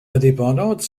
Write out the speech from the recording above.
indépendante